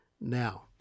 now